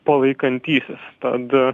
palaikantysis tad